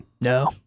No